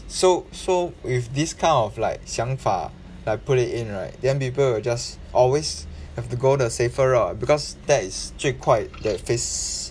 so so with this kind of like 想法 like put it in right then people will just always have to go the safer route because that is 最快的 fac~